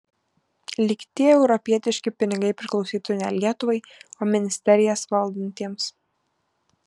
lyg tie europietiški pinigai priklausytų ne lietuvai o ministerijas valdantiems